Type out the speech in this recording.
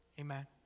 Amen